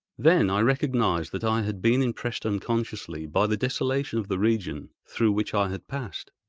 then i recognised that i had been impressed unconsciously by the desolation of the region through which i had passed.